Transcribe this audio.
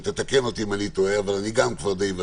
תקן אותי אם אני טועה אבל גם אני כבר די ותיק,